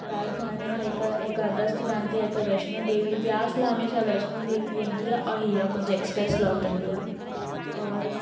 राजधानी आहे हिक हिक अगस्त क्रांति आहे हिक वैष्णो देवी बयास लाइ हमेशह वैष्णो देवी वेंदी ऐं हीरा कुंज एक्सप्रैस लौटंदी आहे और